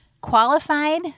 Qualified